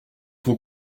trop